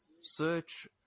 search